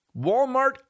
Walmart